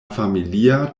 familia